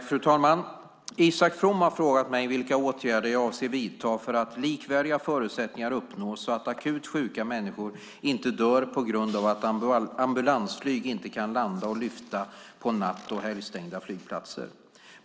Fru talman! Isak From har frågat mig vilka åtgärder jag avser att vidta för att likvärdiga förutsättningar uppnås, så att akut sjuka människor inte dör på grund av att ambulansflyg inte kan landa och lyfta på natt och helgstängda flygplatser.